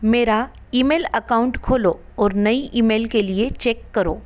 मेरा email account खोलो और नई ईमेल के लिए चेक करो